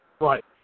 Right